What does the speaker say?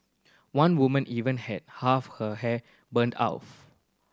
one woman even had half her hair burned off